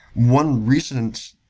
one recent